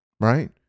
Right